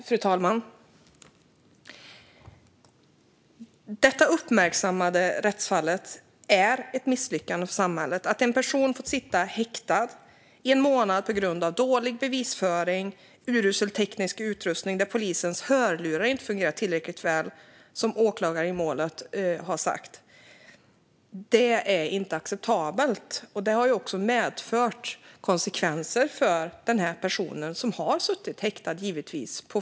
Fru talman! Detta uppmärksammade rättsfall är ett misslyckande för samhället. Här fick en person sitta häktad i en månad på grund av dålig bevisföring och urusel teknisk utrustning där polisens hörlurar inte fungerat tillräckligt väl, som åklagaren i målet har sagt. Det är inte acceptabelt. Det har också fått konsekvenser på flera olika plan för den person som har suttit häktad.